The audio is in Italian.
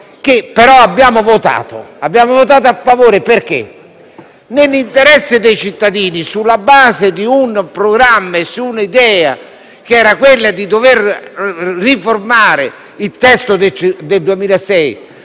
abbiamo votato a favore, nell'interesse dei cittadini e sulla base di un programma e dell'idea di dover riformare il testo del 2006,